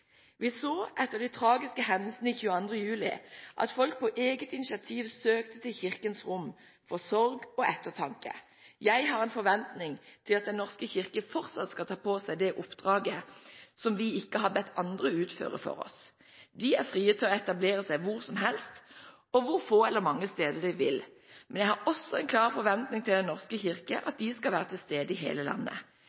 Vi så etter de tragiske hendelsene 22. juli at folk på eget initiativ søkte til kirkens rom for sorg og ettertanke. Jeg har en forventning om at Den norske kirke fortsatt skal ta på seg det oppdraget som vi ikke har bedt andre utføre for oss. Den er fri til å etablere seg hvor som helst, på hvor få eller mange steder den vil, men jeg har også en klar forventning til Den norske kirke